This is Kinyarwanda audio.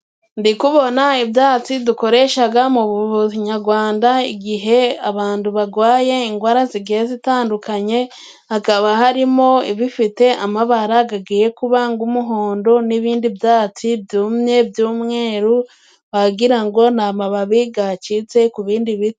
Ndi kubona ibyatsi dukoresha mu buvuzi nyarwanda igihe abantu barwaye indwara zigenda zitandukanye, hakaba harimo ibifite amabara agiye kuba umuhondo n'ibindi byatsi byumye by'umweru wagira ngo ni amababi yacitse ku bindi biti.